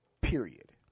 period